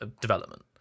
development